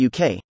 UK